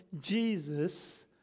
Jesus